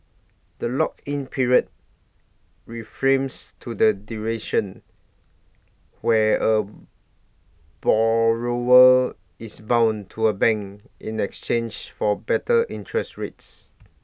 the lock in period reframes to the duration where A borrower is bound to A bank in exchange for better interest rates